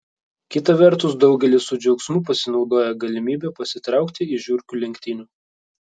kita vertus daugelis su džiaugsmu pasinaudoja galimybe pasitraukti iš žiurkių lenktynių